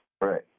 Right